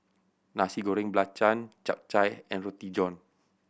Nasi Goreng Belacan Chap Chai and Roti John